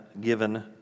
given